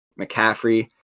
McCaffrey